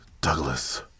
Douglas